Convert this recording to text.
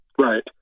Right